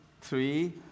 three